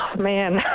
man